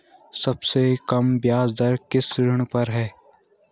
सबसे कम ब्याज दर किस ऋण पर है?